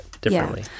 differently